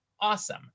awesome